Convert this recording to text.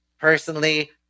Personally